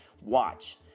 watch